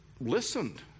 Listened